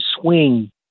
swing